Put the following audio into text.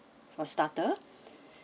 for starter